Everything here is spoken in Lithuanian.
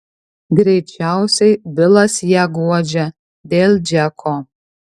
greičiausiai bilas ją guodžia dėl džeko